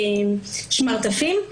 ושמרטפים.